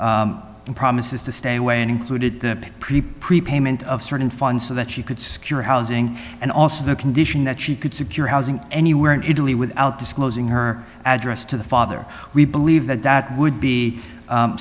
and promises to stay away included the pre prepared ment of certain funds so that she could secure housing and also the condition that she could secure housing anywhere in italy without disclosing her address to the father we believe that that would be